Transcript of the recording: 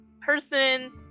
person